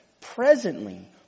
presently